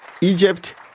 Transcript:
Egypt